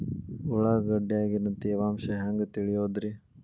ಉಳ್ಳಾಗಡ್ಯಾಗಿನ ತೇವಾಂಶ ಹ್ಯಾಂಗ್ ತಿಳಿಯೋದ್ರೇ?